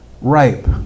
Ripe